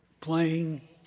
playing